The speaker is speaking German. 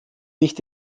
nicht